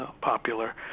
popular